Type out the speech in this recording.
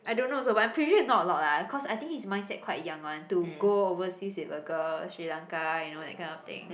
I don't know also but I'm pretty sure it's not a lot lah cause I think his mindset quite young one to go overseas with a girl Sri Lanka you know that kind of thing